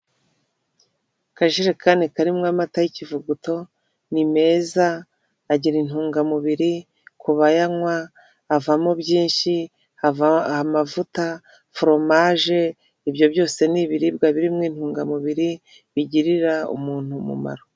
Akajerekani karimwo amata y'ikivuguto, ni meza agira intungamubiri ku bayanywa avamo byinshi hava amavuta, foromaje. Ibyo byose ni ibiribwa birimo intungamubiri bigirira umuntu umumaro.